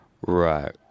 right